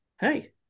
hey